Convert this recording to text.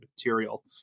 material